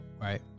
Right